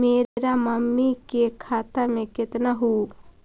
मेरा मामी के खाता में कितना हूउ?